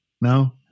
No